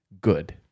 good